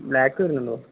black വരുരുന്നുണ്ടോ